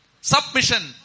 Submission